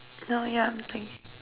no yeah let me think